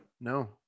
No